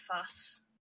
fuss